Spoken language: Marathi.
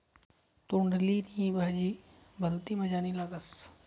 तोंडली नी भाजी भलती मजानी लागस